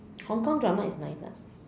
Hong-Kong drama is nice [what]